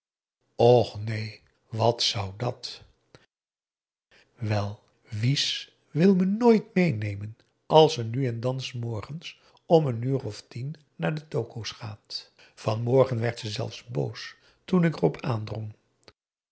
och neen wat zou dàt wel wies wil me nooit meênemen als ze nu en dan s morgens om n uur of tien naar de toko's gaat van morgen werd ze zelfs boos toen ik er op aandrong